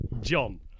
John